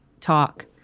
talk